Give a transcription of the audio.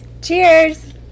Cheers